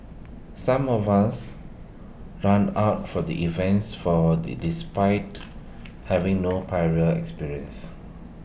some of us ran out for the events for IT is despite having no prior experience